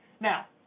Now